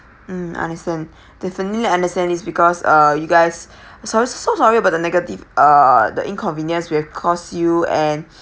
mm understand definitely understand is because uh you guys so so sorry about the negative uh the inconvenience we have caused you and